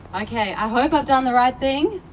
i hope i've done the right thing,